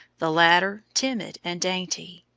the latter timid and dainty.